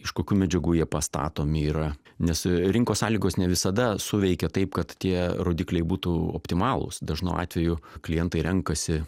iš kokių medžiagų jie pastatomi yra nes rinkos sąlygos ne visada suveikia taip kad tie rodikliai būtų optimalūs dažnu atveju klientai renkasi